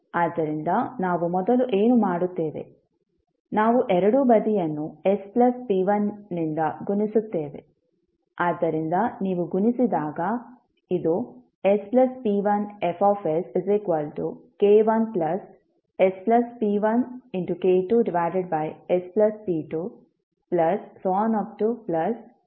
ಆದ್ದರಿಂದ ನಾವು ಮೊದಲು ಏನು ಮಾಡುತ್ತೇವೆ ನಾವು ಎರಡೂ ಬದಿಯನ್ನು s p1ಯಿಂದ ಗುಣಿಸುತ್ತೇವೆ